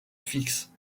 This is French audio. fixe